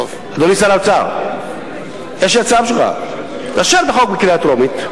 אשר את החוק בקריאה טרומית.